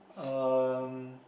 um